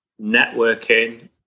networking